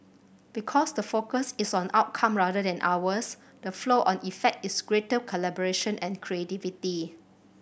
because the focus is on outcome rather than hours the flow on effect is greater collaboration and creativity